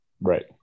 right